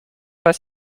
pas